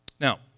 Now